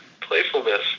playfulness